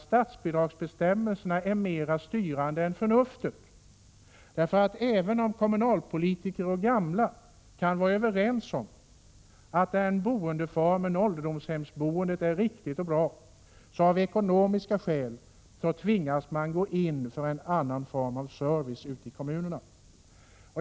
Statsbi dragsbestämmelserna är ofta mer styrande än förnuftet — även om kommunalpolitiker och gamla kan vara överens om att ålderdomshemsboendet är riktigt och bra, tvingas man ute i kommunerna av ekonomiska skäl att gå in för en annan form av service.